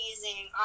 amazing